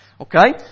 Okay